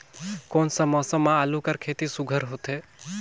कोन सा मौसम म आलू कर खेती सुघ्घर होथे?